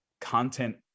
content